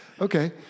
Okay